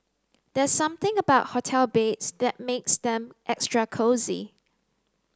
there's something about hotel beds that makes them extra cosy